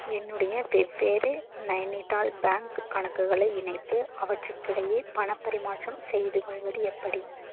என்னுடைய வெவ்வேறு நைனிடால் பேங்க் கணக்குகளை இணைத்து அவற்றுக்கிடையே பணப் பரிமாற்றம் செய்துகொள்வது எப்படி